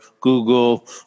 Google